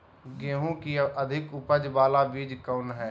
गेंहू की अधिक उपज बाला बीज कौन हैं?